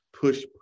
push